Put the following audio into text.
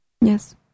Yes